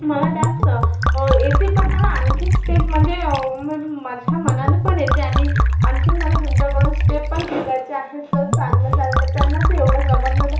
मला डान्स येती पण मला आणखीन स्टेप म्हणजे माझ्या मनानेपण येते आणि आणखीन मला तुमच्याकडून स्टेप पण शिकायच्या आहेत तर चांगल्या चांगल्या त्यांना ते एवढं जमत नव्हते